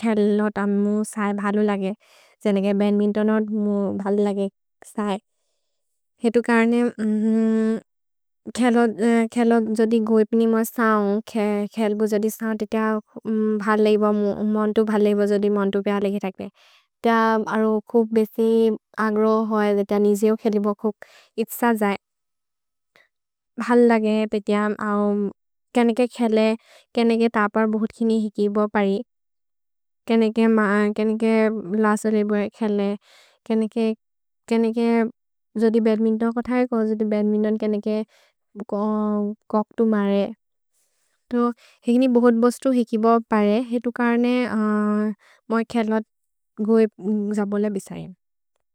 खेलो तमु साय् भलो लगे। जनेगे बद्मिन्तोनोद् मु भलो लगे साय्। हेतु कर्ने खेलो जोदि गोइ पिनि मो सौन्, खेल्बो जोदि सौन्। मोन्तो भलो लगे, जोदि मोन्तो भलो लगे थक्ने। त अरो खुक् बेसि अग्रो होअ, जनेगे जो खेल्बो, खुक् इत्स जए। भ्हलो लगे, पेत्यम्। केनेगे खेले, केनेगे तब बोहोत् किनि हिकिब परे। केनेगे मा, केनेगे लसोले भोले खेले। केनेगे जोदि बद्मिन्तोनोद् कोथके, जोदि बद्मिन्तोनोद् केनेगे कोक्तु मरे। तो हिक्नि बोहोत् बोस्तु हिकिब परे। हेतु कर्ने मा खेलो गोइ जबोल बिसैम्।